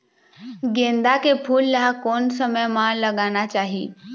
गेंदा के फूल ला कोन समय मा लगाना चाही?